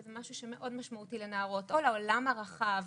שזה משהו שהוא מאוד משמעותי לנערות או לעולם הרחב,